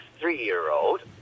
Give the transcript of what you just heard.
three-year-old